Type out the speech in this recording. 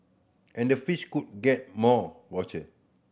and the fish could get more voucher